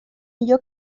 allò